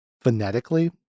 phonetically